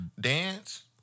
Dance